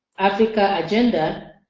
africa agenda,